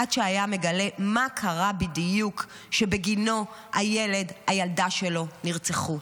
עד שהיה מגלה מה קרה בדיוק שבגינו הילד או הילדה שלו נרצחו.